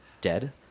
dead